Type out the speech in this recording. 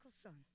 son